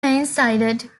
coincided